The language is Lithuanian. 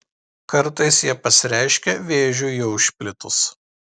kartais jie pasireiškia vėžiui jau išplitus